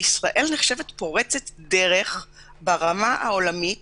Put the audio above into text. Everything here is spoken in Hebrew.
ישראל נחשבת פורצת דרך ברמה העולמית